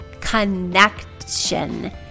connection